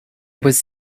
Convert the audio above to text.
was